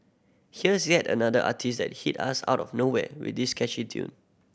here's yet another artiste that hit us out of nowhere with this catchy tune